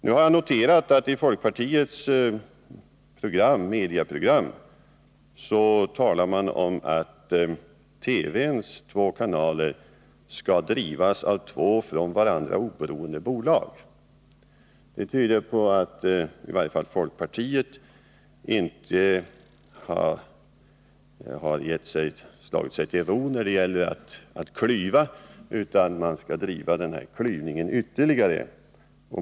Nu har jag noterat att det i folkpartiets mediaprogram talas om att TV:s två kanaler skall drivas av två från varandra oberoende bolag. Det tyder på att i varje fall folkpartiet inte har slagit sig till ro när det gäller att klyva, utan att klyvningen skall drivas ytterligare.